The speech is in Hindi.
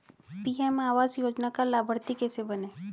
पी.एम आवास योजना का लाभर्ती कैसे बनें?